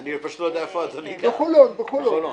בחולון.